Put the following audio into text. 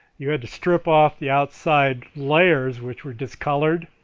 you had to strip off the outside layers which were discolored